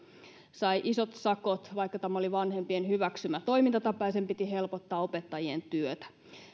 sai isot sakot vaikka tämä oli vanhempien hyväksymä toimintatapa ja sen piti helpottaa opettajien työtä